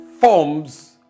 forms